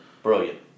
Brilliant